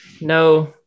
no